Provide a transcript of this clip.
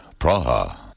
Praha